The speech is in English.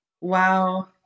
wow